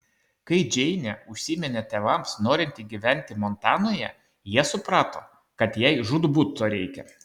kai džeinė užsiminė tėvams norinti gyventi montanoje jie suprato kad jai žūtbūt to reikia